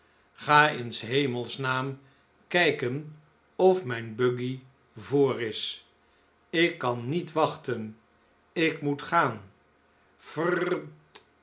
ga in s hemels naam kijken of mijn buggy voor is ik kan niet wachten ik moet gaan